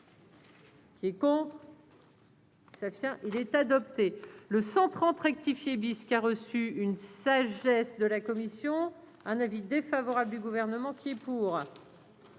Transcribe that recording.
qui est pour. ça tient, il est adopté, le 130 rectifié bis qui a reçu une sagesse. De la commission, un avis défavorable du gouvernement qui est pour.